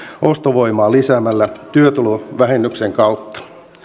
ostovoimaa lisäämällä työtulovähennyksen kautta